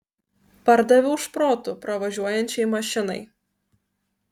pardaviau šprotų pravažiuojančiai mašinai